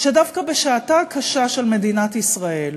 שדווקא בשעתה הקשה של מדינת ישראל,